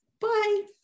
bye